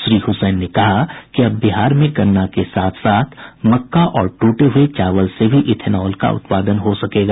श्री हुसैन ने कहा कि अब बिहार में गन्ना के साथ साथ मक्का और टूटे हुये चावल से भी इथेनॉल का उत्पादन हो सकेगा